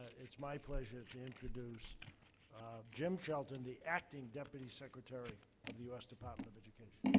it's my pleasure to introduce jim shelton, the acting deputy secretary of the us department of education.